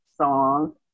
song